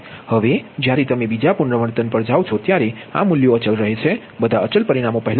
હવે જ્યારે તમે બીજા પુનરાવર્તન પર જાઓ ત્યારે આ મૂલ્યો અચલ રહે છે બધા અચલ પરિમાણો પહેલાં ગણવામાં આવે છે